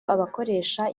abakoresha